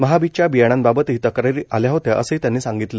महाबीजच्या बियाण्याबाबतही तक्रारी आल्या होत्या असंही त्यांनी सांगितलं